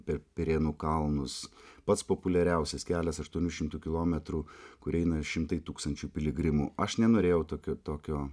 per pirėnų kalnus pats populiariausias kelias aštuonių šimtų kilometrų kur eina šimtai tūkstančių piligrimų aš nenorėjau tokiu tokio